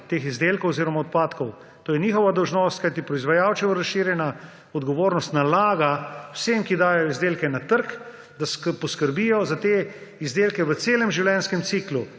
teh izdelkov oziroma odpadkov. To je njihova dolžnost, kajti proizvajalčeva razširjena odgovornost nalaga vsem, ki dajo izdelke na trg, da poskrbijo za te izdelke v celem življenjskem ciklu.